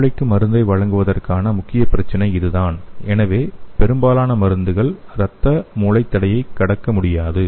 மூளைக்கு மருந்தை வழங்குவதற்கான முக்கிய பிரச்சினை இதுதான் எனவே பெரும்பாலான மருந்துகள் இரத்த மூளை தடையை கடக்க முடியாது